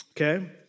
okay